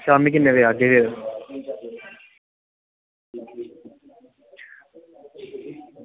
शामीं किन्ने बजे आह्गे